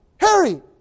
Harry